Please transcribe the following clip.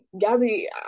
Gabby